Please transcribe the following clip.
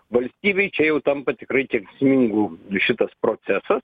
valstybei čia jau tampa tikrai kenksmingu šitas procesas